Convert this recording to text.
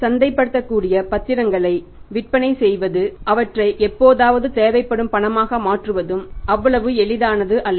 சந்தைப்படுத்தக்கூடிய பத்திரங்களை விற்பனை செய்வதும் அவற்றை எப்போதாவது தேவைப்படும் பணமாக மாற்றுவதும் அவ்வளவு எளிதானது அல்ல